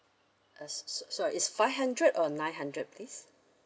uh so so sorry it's five hundred or nine hundred please